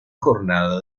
jornada